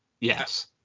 Yes